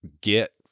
get